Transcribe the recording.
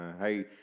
hey